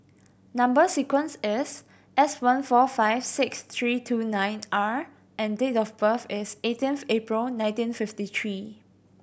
number sequence is S one four five six three two nine R and date of birth is eighteenth April nineteen fifty three